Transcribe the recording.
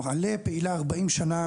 על"ה פעילה 40 שנה,